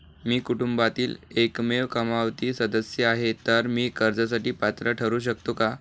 मी कुटुंबातील एकमेव कमावती सदस्य आहे, तर मी कर्जासाठी पात्र ठरु शकतो का?